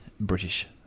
British